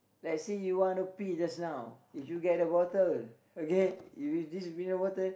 like say you wanna pee just now if you get a bottle okay if it's this mineral bottle